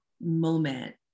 moment